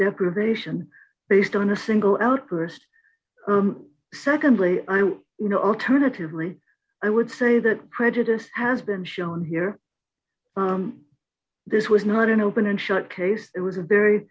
deprivation based on a single outburst secondly i don't know alternatively i would say that prejudice has been shown here this was not an open and shut case it was a very